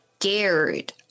scared